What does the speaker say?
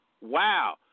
Wow